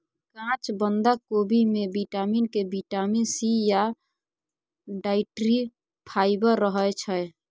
काँच बंधा कोबी मे बिटामिन के, बिटामिन सी या डाइट्री फाइबर रहय छै